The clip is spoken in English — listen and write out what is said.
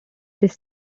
this